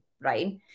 right